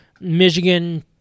Michigan